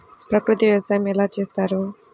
ప్రకృతి వ్యవసాయం ఎలా చేస్తారు?